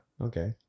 Okay